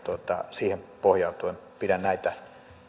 siihen pohjautuen pidän näitä